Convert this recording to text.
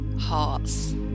hearts